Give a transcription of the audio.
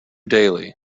daily